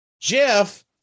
Jeff